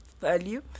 value